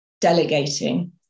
delegating